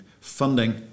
funding